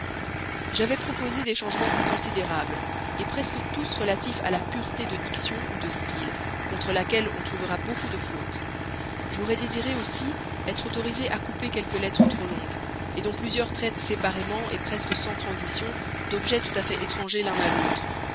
j'avais proposé des changements plus considérables et presque tous relatifs à la pureté de diction ou de style contre laquelle on trouvera beaucoup de fautes j'aurais désiré aussi être autorisé à couper quelques lettres trop longues dont plusieurs traitent séparément presque sans transition d'objets tout-à-fait étrangers l'un à l'autre